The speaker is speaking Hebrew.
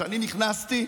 כשאני נכנסתי,